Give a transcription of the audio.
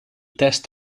test